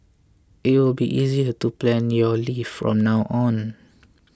it will be easier to plan your leave from now on